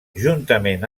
juntament